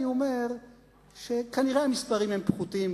אני אומר שכנראה המספרים פחותים,